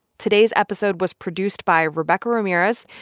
today's episode was produced by rebecca ramirez.